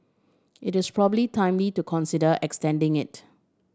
it is probably timely to consider extending it